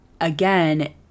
again